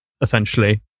essentially